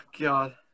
God